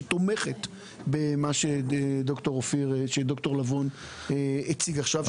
שתומכת במה שד"ר לבון הציג עכשיו,